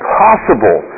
possible